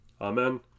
Amen